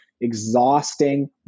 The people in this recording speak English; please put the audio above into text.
exhausting